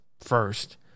first